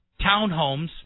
townhomes